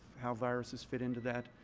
how viruses fit into that,